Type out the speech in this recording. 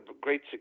great